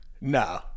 no